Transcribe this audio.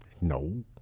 no